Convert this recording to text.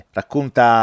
racconta